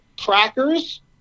crackers